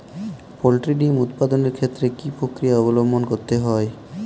Poultry ডিম উৎপাদনের ক্ষেত্রে কি পক্রিয়া অবলম্বন করতে হয়?